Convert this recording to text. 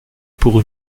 pour